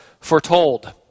foretold